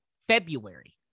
February